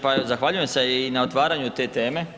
Pa zahvaljujem se i na otvaranju te teme.